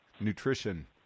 nutrition